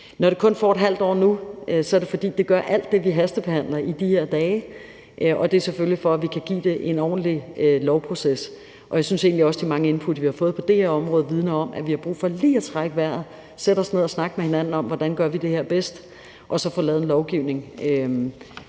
Når det kun får ½ år nu, er det, fordi det er sådan med alt det, vi hastebehandler i de her dage, og det er selvfølgelig for, at vi kan give det en ordentlig lovproces. Og jeg synes egentlig også, de mange input, vi har fået på det her område, vidner om, at vi har brug for lige at trække vejret, sætte os ned og snakke med hinanden om, hvordan vi gør det her bedst, og så få lavet en lovgivning